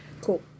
Cool